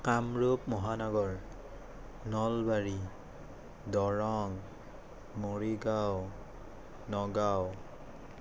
কামৰূপ মহানগৰ নলবাৰী দৰং মৰিগাঁও নগাঁও